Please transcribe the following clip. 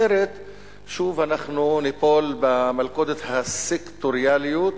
אחרת שוב ניפול במלכודת הסקטוריאליות,